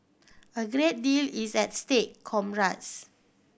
a great deal is at stake comrades